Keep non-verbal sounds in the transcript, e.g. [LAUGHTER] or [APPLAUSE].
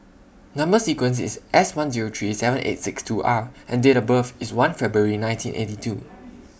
Number sequence IS S one Zero three seven eight six two R and Date of birth IS one February nineteen eighty two [NOISE]